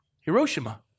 Hiroshima